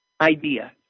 Idea